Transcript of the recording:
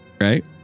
right